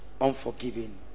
unforgiving